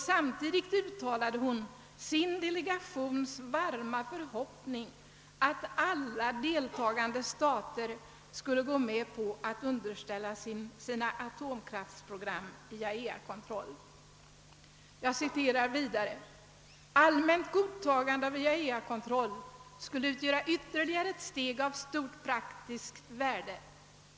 Samtidigt uttalade hon sin delegations varma förhoppning att alla deltagande stater skulle gå med på att underställa sina atomkraftsprogram IAEA-kontroll. Jag citerar vidare: »Allmänt godtagande av IAEA-kontroll skulle utgöra ytterligare ett steg av stort praktiskt värde.